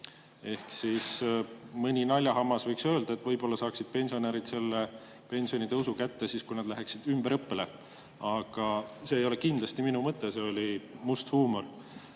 koolitust. Mõni naljahammas võiks öelda, et võib-olla saaksid pensionärid selle pensionitõusu kätte siis, kui nad läheksid ümberõppesse. Aga see kindlasti ei ole minu mõte, see oli must huumor.